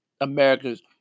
America's